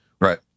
Right